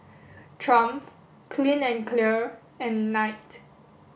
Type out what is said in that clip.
Triumph Clean and Clear and Knight